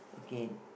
okay